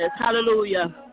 Hallelujah